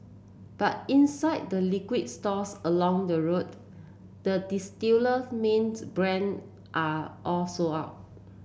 but inside the liquor stores along the road the distiller main brand are all sold out